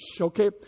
Okay